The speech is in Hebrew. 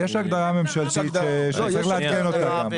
יש הגדרה ממשלתית שצריך לעדכן אותה.